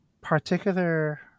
particular